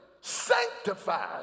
sanctified